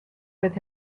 with